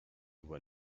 were